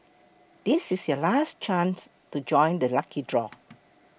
this is your last chance to join the lucky draw